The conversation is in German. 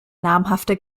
namhafte